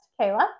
Kayla